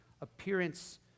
appearance